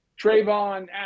Trayvon